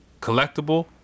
collectible